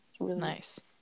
Nice